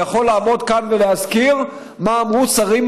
אני יכול לעמוד כאן ולהזכיר מה אמרו שרים